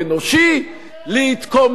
להתקומם כנגד זה,